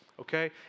okay